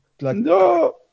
No